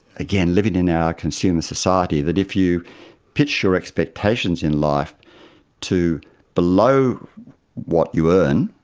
again, living in our consumer society, that if you pitch your expectations in life to below what you earn